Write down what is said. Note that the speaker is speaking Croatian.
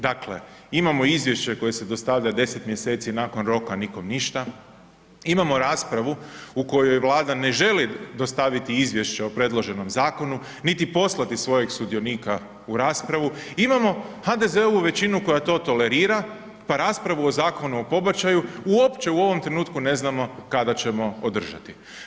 Dakle, imamo izvješće koje se dostavlja 10 mj. nakon roka, nikom ništa, imamo raspravu u kojoj Vlada ne želi dostaviti izvješće o predloženom zakonu niti poslati svojeg sudionika u raspravu, imamo HDZ-ovu većinu koja to tolerira pa raspravu o Zakonu o pobačaju, uopće u ovom trenutku ne znamo kada ćemo održati.